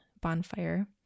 bonfire